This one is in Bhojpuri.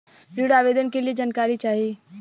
ऋण आवेदन के लिए जानकारी चाही?